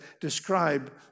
describe